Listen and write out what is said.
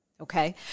Okay